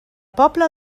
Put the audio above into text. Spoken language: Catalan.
pobla